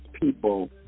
people